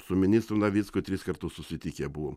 su ministru navicku tris kartus susitikę buvom